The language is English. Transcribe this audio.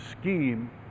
scheme